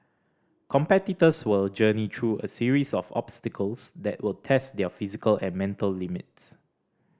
competitors will journey through a series of obstacles that will test their physical and mental limits